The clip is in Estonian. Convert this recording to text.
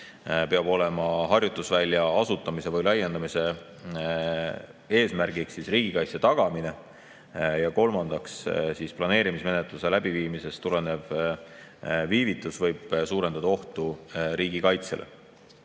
peab olema harjutusvälja asutamise või laiendamise eesmärgiks riigikaitse tagamine, ja kolmandaks, planeerimismenetluse läbiviimisest tulenev viivitus võib suurendada ohtu riigikaitsele.